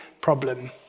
problem